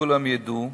שכולם ידעו.